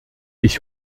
ich